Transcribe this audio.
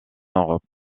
europe